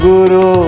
Guru